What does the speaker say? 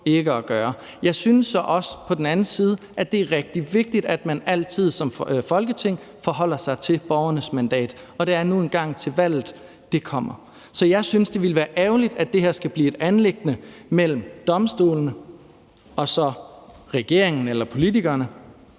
ikke at gøre. Jeg synes så også på den anden side, at det er rigtig vigtigt, at man altid som Folketing forholder sig til borgernes mandat, og det er nu engang til valget, det kommer. Så jeg synes, det ville være ærgerligt, at det her skulle blive et anliggende mellem domstolene og regeringen eller politikerne